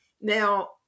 Now